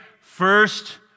first